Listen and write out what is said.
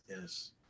Yes